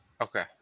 Okay